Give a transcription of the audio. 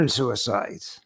suicides